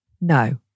No